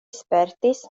spertis